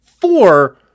four